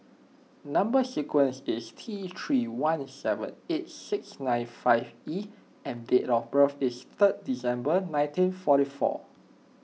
Number Sequence is T three one seven eight six nine five E and date of birth is third December nineteen forty four